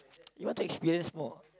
you want to experience more